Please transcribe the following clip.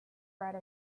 ride